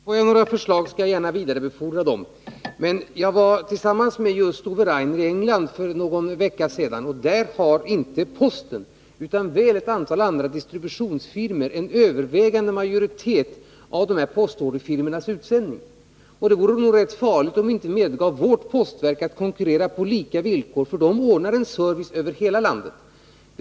Herr talman! Som sagt: Får jag några förslag skall jag gärna vidarebefordra dem. Jag var tillsammans med just Ove Rainer i England för någon vecka sedan och fick veta att inte posten men väl ett antal andra distributionsfirmor har en övervägande majoritet av dessa postorderfirmors utsändning. Det vore nog rätt farligt om vi inte medgav vårt postverk att konkurrera på lika villkor, för det ordnar en service över hela landet.